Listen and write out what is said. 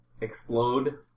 explode